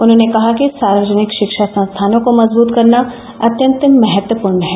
उन्होंने कहा कि सार्वजनिक शिक्षा संस्थानों को मजबत करना अत्यंत महत्वपूर्ण है